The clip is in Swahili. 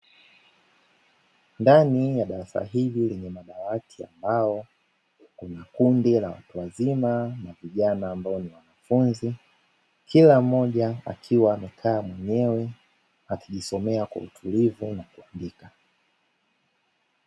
Ndani ya darasa hili lenye madawati ya mbao kuna kundi la watu wazima na vijana ambao ni wanafunzi, kila mmoja akiwa amekaa mwenyewe akijisomea kwa utulivu na kuandika.